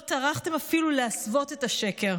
לא טרחתם אפילו להסוות את השקר.